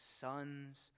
sons